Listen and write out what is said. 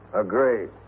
Agreed